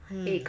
mm